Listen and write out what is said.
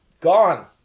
gone